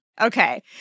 Okay